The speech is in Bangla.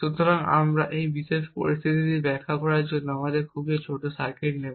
সুতরাং আমরা এই বিশেষ পরিস্থিতি ব্যাখ্যা করার জন্য একটি খুব ছোট সার্কিট নেব